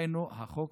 היינו החוק,